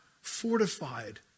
fortified